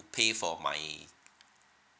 pay for my